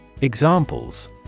Examples